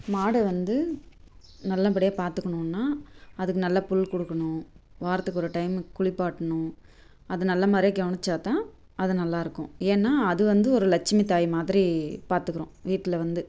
மாடு வந்து நல்லபடியாக பார்த்துக்கணுன்னா அதுக்கு நல்ல புல் கொடுக்கணும் வாரத்துக்கு ஒரு டைம் குளிப்பாட்டணும் அது நல்ல மாதிரியா கவனிச்சா தான் அது நல்லா இருக்கும் ஏன்னால் அது வந்து ஒரு லட்சுமி தாய் மாதிரி பார்த்துக்குறோம் வீட்டில் வந்து